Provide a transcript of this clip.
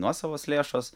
nuosavos lėšos